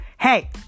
hey